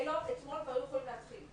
אתמול כבר היו יכולים להתחיל.